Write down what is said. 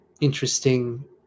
interesting